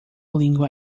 língua